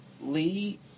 Lee